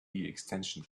extension